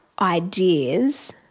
ideas